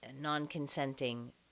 non-consenting